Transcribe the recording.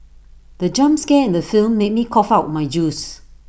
the jump scare in the film made me cough out my juice